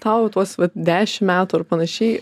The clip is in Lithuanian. tau tuos dešim metų ar panašiai